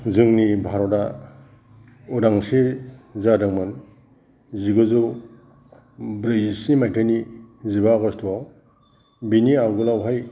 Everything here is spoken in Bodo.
जोंनि भारतआ उदांस्रि जादोंमोन जिगुजौ ब्रैजिस्नि मायथाइनि जिबा आगस्ट'आव बेनि आवगोलावहाय